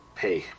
pay